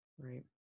Right